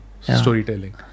storytelling